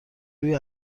روی